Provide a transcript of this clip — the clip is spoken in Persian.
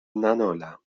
ننالم